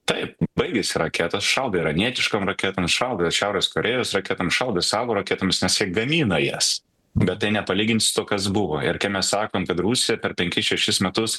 taip baigėsi raketos šaudo iranietiškom raketom šaudo šiaurės korėjos raketom šaudo savo raketomis nes jie gamina jas bet tai nepalyginsi su tuo kas buvo ir kai mes sakom kad rusija per penkis šešis metus